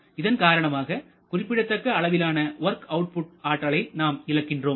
இதன் காரணமாக குறிப்பிடத்தக்க அளவிலான வொர்க் அவுட்புட் ஆற்றலை நாம் இழக்கிறோம்